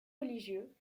religieux